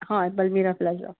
हय बलविरा प्लाझा